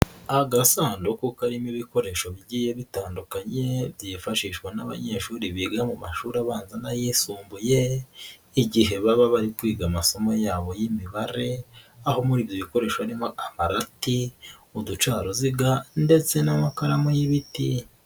Agasanduku karimo ibikoresho bigiye bitandukanye byifashishwa n'abanyeshuri biga mu mashuri abanza n'ayisumbuye igihe baba bari kwiga amasomo yabo y'imibare aho muri ibyo bikoresho harimo amarati, uducaruziga ndetse n'amakaramu y'ibiti.